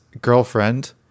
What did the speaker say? girlfriend